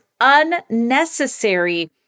unnecessary